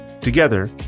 Together